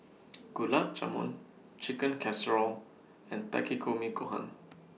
Gulab Jamun Chicken Casserole and Takikomi Gohan